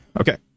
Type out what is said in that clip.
okay